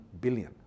billion